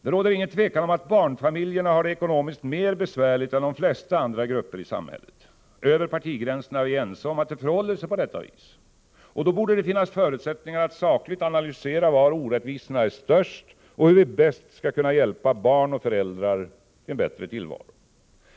Det råder inget tvivel om att barnfamiljerna har det ekonomiskt mer besvärligt än de flesta andra grupper i samhället. Över partigränserna är vi ense om att det förhåller sig på detta vis. Då borde det finnas förutsättningar att sakligt analysera var orättvisorna är störst och hur vi bäst skall kunna hjälpa barn och föräldrar till en bättre tillvaro.